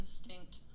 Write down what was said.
instinct